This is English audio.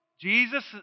Jesus